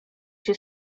się